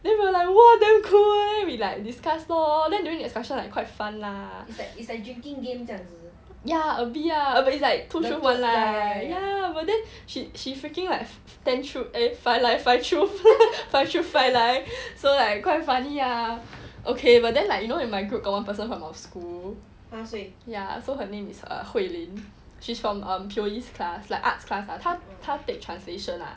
then we're like !wah! damn cool leh we like discuss lor then during discussion like quite fun lah ya a bit lah but it's like two truths one lie ya but then she she freaking like ten truths five truths five lies so like quite funny ah okay but then like you know you my group got one person from our school ya so her name is uh hui lin she's from um pio yee class like arts class lah 他他 take translation lah